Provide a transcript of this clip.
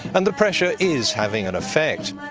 and the pressure is having an effect.